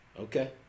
Okay